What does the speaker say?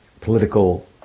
political